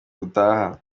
gutaha